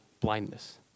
blindness